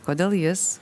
kodėl jis